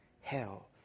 hell